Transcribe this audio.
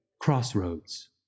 Crossroads